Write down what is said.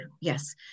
Yes